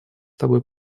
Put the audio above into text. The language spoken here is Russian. тобой